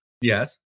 Yes